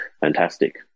fantastic